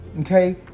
okay